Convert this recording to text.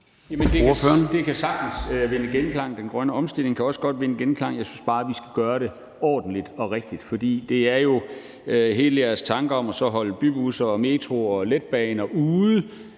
det kan sagtens vinde genklang. Den grønne omstilling kan også godt vinde genklang. Jeg synes bare, at vi skal gøre det ordentligt og rigtigt. Der er jo hele jeres tanke om at holde bybusser og metroer og letbaner ude.